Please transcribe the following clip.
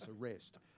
arrest